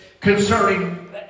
concerning